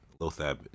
Lothab